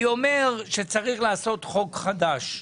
אני אומר שצריך לחוקק חוק חדש.